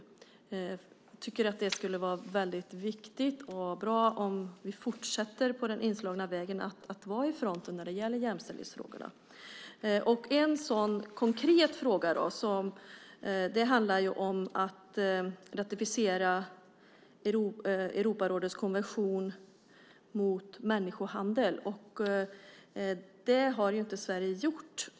Jag tycker att det skulle vara väldigt viktigt och bra om vi fortsätter på den inslagna vägen att vara i fronten när det gäller jämställdhetsfrågorna. En sådan konkret fråga handlar om att ratificera Europarådets konvention mot människohandel. Det har inte Sverige gjort.